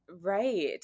Right